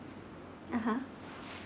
uh !huh!